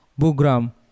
Bugram